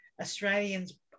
Australians